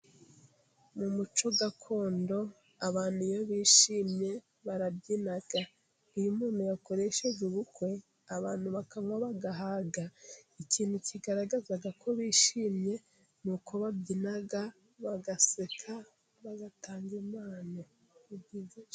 Mu muco gakondo abantu iyo bishimye barabyina. Iyo umuntu yakoresheje ubukwe abantu bakanywa bagahaga, ikintu kigaragaza ko bishimye, nuko babyina bagaseka bagatanga impano.